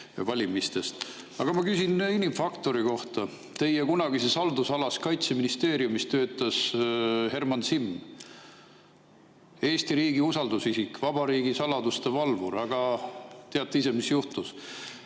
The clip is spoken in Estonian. küsin inimfaktori kohta. Teie kunagises haldusalas Kaitseministeeriumis töötas Herman Simm, Eesti riigi usaldusisik, vabariigi saladuste valvur, aga teate ise, mis juhtus.